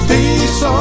Peace